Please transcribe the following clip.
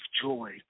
joy